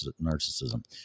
narcissism